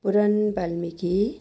Puran Valmiki